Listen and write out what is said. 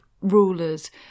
rulers